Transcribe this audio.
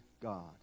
God